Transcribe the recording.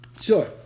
sure